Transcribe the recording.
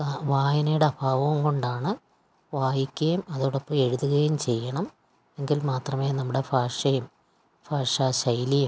വായനയുടെ അഭാവം കൊണ്ടാണ് വായിക്കുകയും അതോടൊപ്പം എഴുതുകയും ചെയ്യണം എങ്കിൽ മാത്രമേ നമ്മുടെ ഭാഷയും ഭാഷാ ശൈലിയും